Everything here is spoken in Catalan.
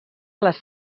les